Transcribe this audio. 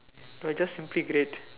you are just simply great